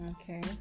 Okay